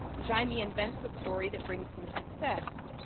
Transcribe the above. jaime invents a story that brings him success,